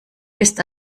ist